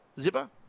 Zipper